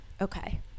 okay